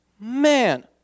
man